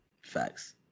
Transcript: Facts